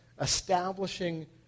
establishing